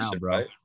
right